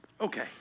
Okay